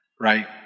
right